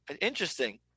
Interesting